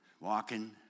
walking